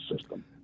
system